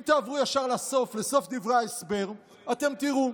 אם תעברו ישר לסוף דברי ההסבר אתם תראו,